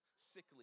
sickly